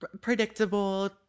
predictable